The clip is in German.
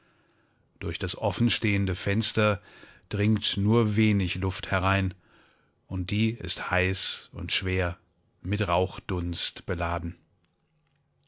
durch das offenstehende fenster dringt nur wenig luft herein und die ist heiß und schwer mit rauchdunst beladen